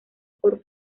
por